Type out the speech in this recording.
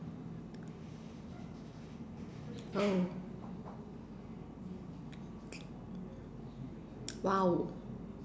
oh !wow!